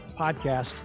podcast